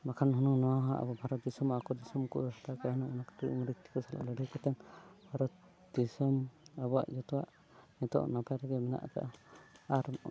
ᱵᱟᱠᱷᱟᱱ ᱦᱩᱱᱟᱹᱝ ᱱᱚᱣᱟ ᱦᱚᱸ ᱟᱵᱚ ᱵᱷᱟᱨᱚᱛ ᱫᱤᱥᱚᱢ ᱟᱵᱚ ᱫᱤᱥᱚᱢ ᱠᱚ ᱦᱟᱛᱟᱣ ᱠᱮᱭᱟ ᱦᱩᱱᱟᱹᱝ ᱚᱱᱟ ᱠᱷᱟᱹᱛᱤᱨ ᱤᱝᱨᱮᱡᱽ ᱛᱮᱠᱚ ᱥᱟᱞᱟᱜ ᱞᱟᱹᱲᱦᱟᱹᱭ ᱠᱟᱛᱮᱫ ᱵᱷᱟᱨᱚᱛ ᱫᱤᱥᱚᱢ ᱟᱵᱚᱣᱟᱜ ᱡᱚᱛᱚᱣᱟᱜ ᱱᱤᱛᱚᱜ ᱱᱟᱯᱟᱭ ᱨᱮᱜᱮ ᱢᱮᱱᱟᱜ ᱠᱟᱜᱼᱟ ᱟᱨ